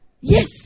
Yes